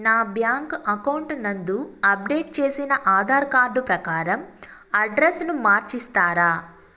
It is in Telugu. నా బ్యాంకు అకౌంట్ నందు అప్డేట్ చేసిన ఆధార్ కార్డు ప్రకారం అడ్రస్ ను మార్చిస్తారా?